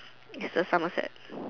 is the Somerset